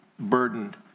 burdened